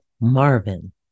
Marvin